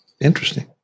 Interesting